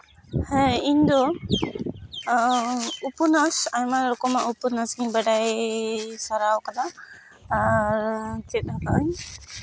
ᱦᱮᱸ ᱤᱧᱫᱚ ᱩᱯᱚᱱᱱᱟᱥ ᱟᱭᱢᱟ ᱨᱚᱠᱚᱢᱟᱜ ᱩᱯᱚᱱᱱᱟᱥ ᱜᱤᱧ ᱵᱟᱰᱟᱭ ᱥᱟᱨᱟᱣ ᱠᱟᱫᱟ ᱟᱨ ᱪᱮᱫ ᱦᱚᱸ ᱵᱟᱝ